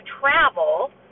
travel